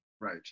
Right